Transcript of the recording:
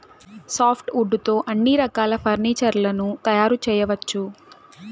soft wood తో అన్ని రకాల ఫర్నీచర్ లను తయారు చేయవచ్చు